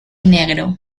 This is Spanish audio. negro